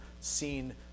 seen